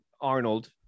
Arnold